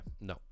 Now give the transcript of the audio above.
no